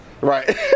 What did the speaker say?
Right